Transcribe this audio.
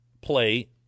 play